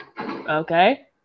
Okay